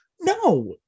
No